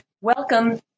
Welcome